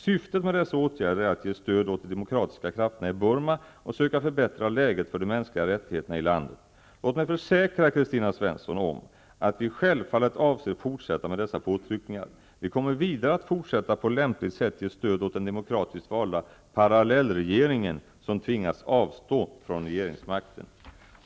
Syftet med dessa åtgärder är att ge stöd åt de demokratiska krafterna i Burma och söka förbättra läget för de mänskliga rättigheterna i landet. Låt mig försäkra Kristina Svensson om att vi självfallet avser fortsätta med dessa påtryckningar. Vi kommer vidare att fortsätta att på lämpligt sätt ge stöd åt den demokratiskt valda parallellregeringen som tvingats avstå från regeringsmakten.